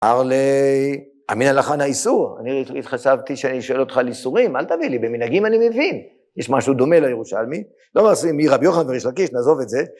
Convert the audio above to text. אמר ליה: "אמינא לך אנא איסור". אני חשבתי שאני שואל אותך על איסורים, אל תביא לי, במנהגים אני מבין. יש משהו דומה לירושלמי, לא נעשה עם רבי יוחנן וריש לקיש, נעזוב את זה.